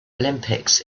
olympics